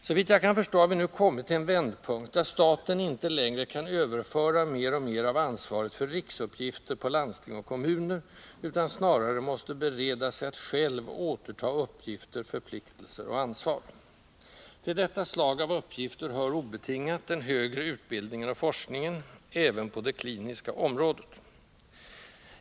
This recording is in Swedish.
Såvitt jag kan förstå har vi nu kommit till en vändpunkt, där staten inte längre kan överföra mer och mer av ansvaret för riksuppgifter på landsting och kommuner utan snarare måste bereda sig att själv återta uppgifter, förpliktelser och ansvar. Till detta slag av uppgifter hör obetingat den högre utbildningen och forskningen på det kliniska området.